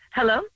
Hello